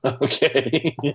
Okay